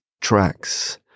tracks